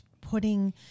putting